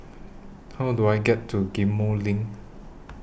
How Do I get to Ghim Moh LINK